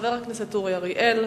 חבר הכנסת אורי אריאל,